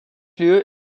lieu